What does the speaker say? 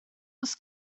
oes